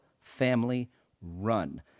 family-run